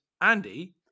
Andy